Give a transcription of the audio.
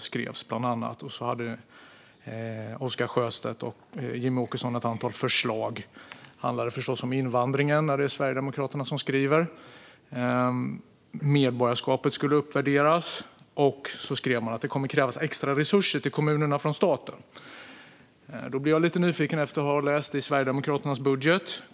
Oscar Sjöstedt och Jimmie Åkesson hade också ett antal förslag, och eftersom det var sverigedemokrater som skrev handlade det förstås om invandringen. Medborgarskapet skulle uppvärderas, och de skrev att det kommer att krävas extra resurser till kommunerna från staten. Därför blir jag lite nyfiken efter att nu ha läst Sverigedemokraternas budgetförslag.